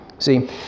See